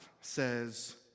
says